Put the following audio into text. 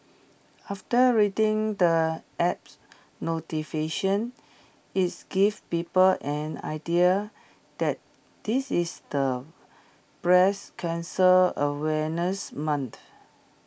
after reading the apps notification its gives people an idea that this is the breast cancer awareness month